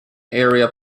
area